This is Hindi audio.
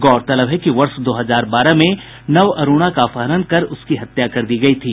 गौरतलब है कि वर्ष दो हजार बारह में नवरूणा का अपहरण कर उसकी हत्या कर दी गयी थी